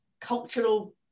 cultural